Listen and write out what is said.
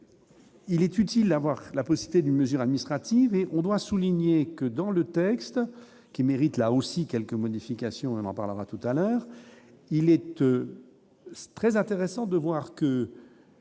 Il est utile, avoir la Poste et d'une mesure administrative et on doit souligner que dans le texte qui mérite là aussi quelques modifications, on en parlera tout à l'heure, il était très intéressant de voir que